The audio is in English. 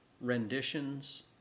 renditions